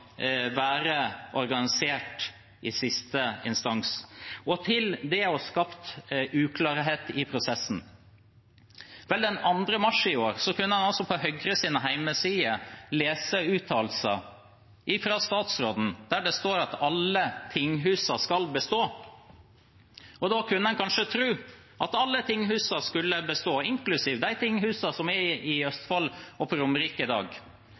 være organisert i siste instans. Og til det å ha skapt uklarhet i prosessen: Vel, den 2. mars i år kunne en på Høyres hjemmesider lese uttalelser fra statsråden der det står at alle tinghusene skal bestå. Da kunne en kanskje tro at alle tinghusene skulle bestå, inklusiv de tinghusene som er i Østfold og på Romerike i dag.